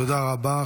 תודה רבה.